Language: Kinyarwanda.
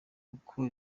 uko